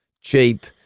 cheap